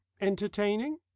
Entertaining